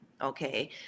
okay